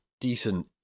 decent